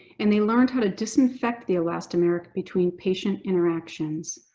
and they learned how to disinfect the elastomeric between patient interactions.